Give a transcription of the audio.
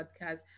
Podcast